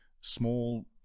small